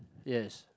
yes